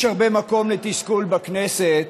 יש הרבה מקום לתסכול בכנסת